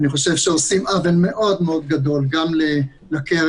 אני חושב שעושים עוול מאוד גדול גם לקרן,